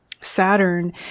Saturn